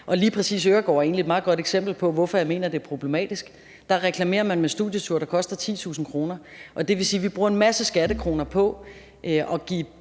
og lige præcis Øregård er egentlig et meget godt eksempel på, hvorfor jeg mener at det er problematisk. Der reklamerer man med studieture, der koster 10.000 kr., og det vil sige, at vi bruger en masse skattekroner på at give